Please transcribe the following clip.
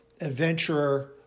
adventurer